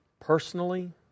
personally